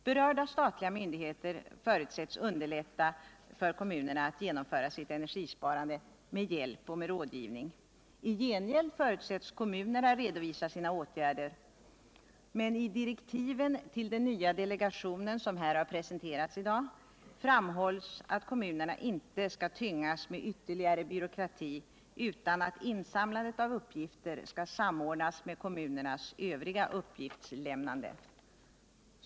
Berörda statliga myndigheter förutsätts underlätta genomförandet av kommunernas energisparande med hjälp och rådgivning. I gengäld förutsätts kommunerna redovisa sina åtgärder, men i direktiven till den nya delegationen, vilka har presenterats i dag, framhålls att kommunerna inte bör tyngas med ytterligare byråkrati utan att insamlandet av uppgifter bör samordnas med kommunernas övriga uppgiftslämnande.